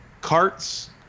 carts